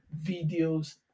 videos